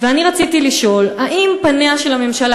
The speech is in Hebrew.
ואני רציתי לשאול: האם פניה של הממשלה